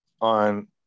on